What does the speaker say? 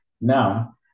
Now